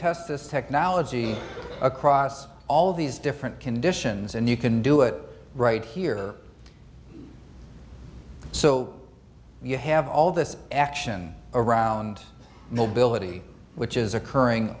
test this technology across all of these different conditions and you can do it right here so you have all this action around mobility which is occurring